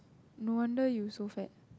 no wonder you so fat